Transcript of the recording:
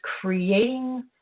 creating